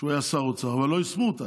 כשהוא היה שר האוצר, אבל לא יישמו אותה.